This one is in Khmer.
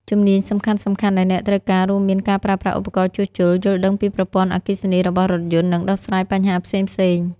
ជំនាញសំខាន់ៗដែលអ្នកត្រូវការរួមមាន ការប្រើប្រាស់ឧបករណ៍ជួសជុល យល់ដឹងពីប្រព័ន្ធអគ្គិសនីរបស់រថយន្ត និងដោះស្រាយបញ្ហាផ្សេងៗ។